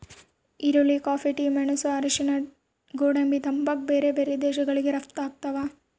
ಈರುಳ್ಳಿ coffee tea ಮೆಣಸು ಅರಿಶಿಣ ಗೋಡಂಬಿ ತಂಬಾಕು ಬೇರೆ ಬೇರೆ ದೇಶಗಳಿಗೆ ರಪ್ತಾಗ್ತಾವ